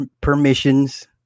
permissions